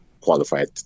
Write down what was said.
qualified